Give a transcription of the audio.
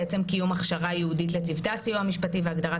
בעצם קיום הכשרה ייעודית לצוותי הסיוע המשפטי והגדרת